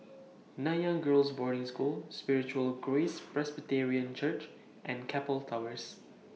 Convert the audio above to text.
Nanyang Girls' Boarding School Spiritual Grace Presbyterian Church and Keppel Towers